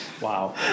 Wow